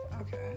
Okay